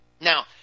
Now